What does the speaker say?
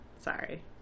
Sorry